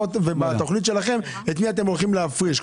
ואת מי אתם הולכים להפריש בתוכנית שלכם.